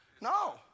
no